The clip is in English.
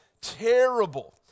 terrible